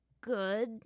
good